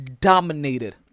dominated